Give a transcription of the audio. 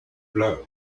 blow